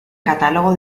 catálogo